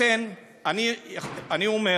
לכן אני אומר